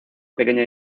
pequeña